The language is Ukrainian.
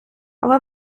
але